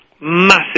massive